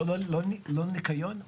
לא לניקיון?